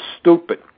stupid